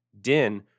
Din